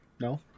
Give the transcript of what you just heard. No